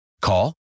Call